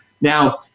Now